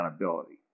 accountability